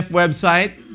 website